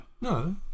No